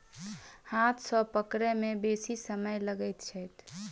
हाथ सॅ पकड़य मे बेसी समय लगैत छै